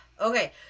Okay